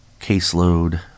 caseload